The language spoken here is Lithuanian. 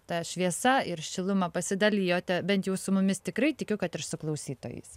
ta šviesa ir šiluma pasidalijote bent jau su mumis tikrai tikiu kad ir su klausytojais